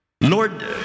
Lord